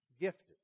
gifted